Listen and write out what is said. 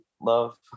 love